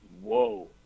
whoa